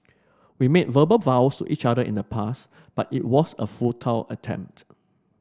we made verbal vows each other in the past but it was a futile attempt